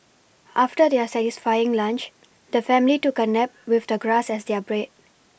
after their satisfying lunch the family took a nap with the grass as their brad